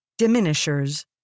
Diminishers